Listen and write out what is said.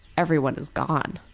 everyone is gone.